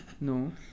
No